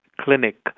clinic